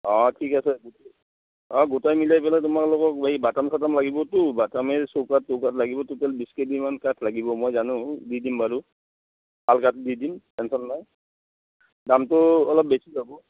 অঁ ঠিক আছে অঁ গোটাই মিলাই পেলাই তোমাক লগত এই বাটাম চাটাম লাগিবতো চৌকাঠ লাগিব টুটেল বিছ কেবিমান কাঠ লাগিব মই জানোঁ দি দিম বাৰু ভাল কাঠ দি দিম টেনচন নাই দামটো অলপ বেছি হ'ব